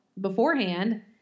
beforehand